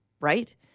right